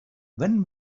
when